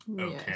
Okay